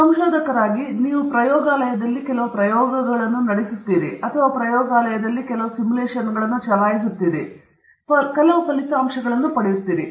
ಸಂಶೋಧಕರಾಗಿ ನೀವು ಪ್ರಯೋಗಾಲಯದಲ್ಲಿ ಕೆಲವು ಪ್ರಯೋಗಗಳನ್ನು ನಡೆಸುತ್ತೀರಿ ಅಥವಾ ಪ್ರಯೋಗಾಲಯದಲ್ಲಿ ನೀವು ಕೆಲವು ಸಿಮ್ಯುಲೇಶನ್ಗಳನ್ನು ಚಲಾಯಿಸುತ್ತೀರಿ ಮತ್ತು ನೀವು ಕೆಲವು ಫಲಿತಾಂಶಗಳನ್ನು ಪಡೆಯುತ್ತೀರಿ